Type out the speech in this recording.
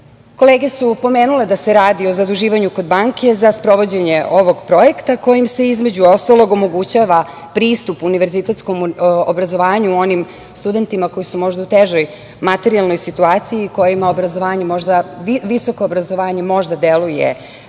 Evrope. Kolege su pomenule da se radi o zaduživanje kod banke za sprovođenje ovog projekta koji se, između ostalog, omogućava pristup univerzitetskom obrazovanju onim studentima koji su možda u težoj materijalnoj situaciji i kojima visoko obrazovanje možda deluje